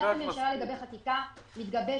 עמדת הממשלה לגבי חקיקה מתגבשת,